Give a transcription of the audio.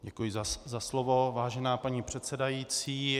Děkuji za slovo, vážená paní předsedající.